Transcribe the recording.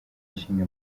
ishinga